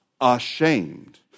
ashamed